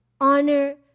honor